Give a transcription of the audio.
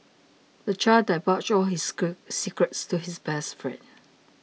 the child divulged all his secrets to his best friend